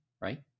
right